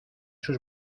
sus